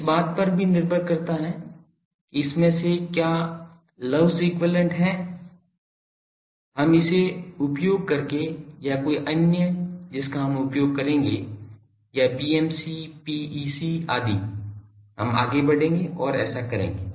इस बात पर निर्भर करता है कि इसमें से क्या लव इक्विवैलेन्ट Love's equivalent है हम इसे उपयोग करेंगे या कोई अन्य जिसका हम उपयोग करेंगे या PMC PEC आदि हम आगे बढ़ेंगे और ऐसा करेंगे